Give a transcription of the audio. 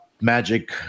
magic